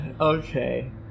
okay